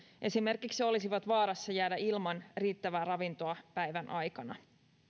esimerkiksi olisivat vaarassa jäädä ilman riittävää ravintoa päivän aikana